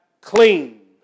clean